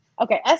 Okay